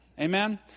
Amen